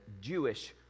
Jewish